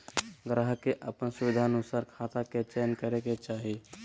ग्राहक के अपन सुविधानुसार खाता के चयन करे के चाही